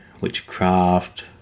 witchcraft